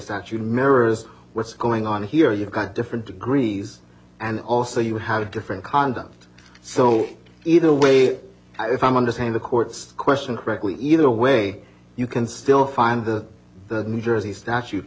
statute mirrors what's going on here you've got different degrees and also you have different conduct so either way if i'm understanding the court's question correctly either way you can still find the the new jersey statute